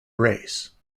race